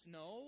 no